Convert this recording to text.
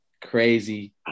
crazy